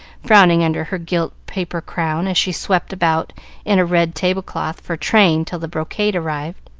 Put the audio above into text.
frowning under her gilt-paper crown as she swept about in a red table-cloth for train till the brocade arrived.